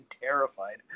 terrified